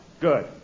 Good